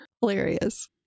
Hilarious